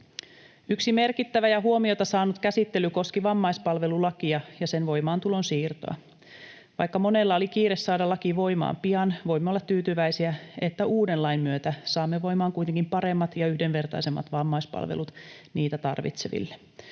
Yksi merkittävä ja huomiota saanut käsittely koski vammaispalvelulakia ja sen voimaantulon siirtoa. Vaikka monella oli kiire saada laki voimaan pian, voimme olla tyytyväisiä, että uuden lain myötä saamme voimaan kuitenkin paremmat ja yhdenvertaisemmat vammaispalvelut niitä tarvitseville.